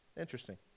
Interesting